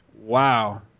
Wow